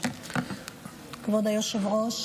כבוד היושב-ראש,